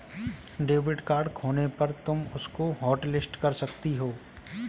debit card खोने पर तुम उसको हॉटलिस्ट कर सकती हो